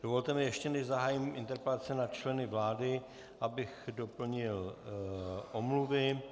Dovolte mi, ještě než zahájím interpelace na členy vlády, abych doplnil omluvy.